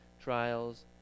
trials